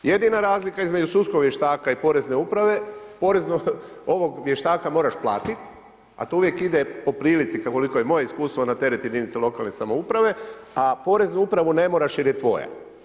Jedina razlika između sudskog vještaka i Porezne uprave, ovog vještaka moraš platiti, a to uvijek ide po prilici koliko je moje iskustvo na teret jedinica lokalne samouprave, a Poreznu upravu ne moraš jer je tvoja.